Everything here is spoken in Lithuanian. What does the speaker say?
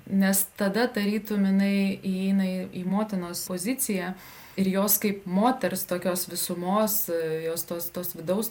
nes tada tarytum jinai įeina į į motinos poziciją ir jos kaip moters tokios visumos jos tos tos vidaus